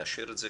נאשר את זה,